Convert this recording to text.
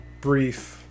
brief